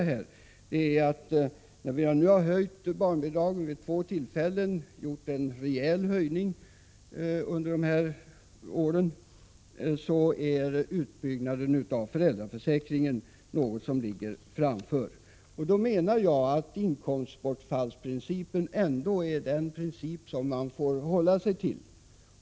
När vi nu har höjt barnbidragen vid två tillfällen — vi har åstadkommit en rejäl höjning under dessa år — är utbyggnaden av föräldraförsäkringen något som ligger framför oss. Jag menar att inkomstbortfallsprincipen är den princip som man får hålla sig till.